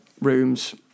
rooms